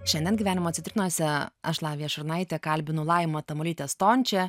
šiandien gyvenimo citrinose aš lavija šurnaitė kalbinu laimą tamulytę stončę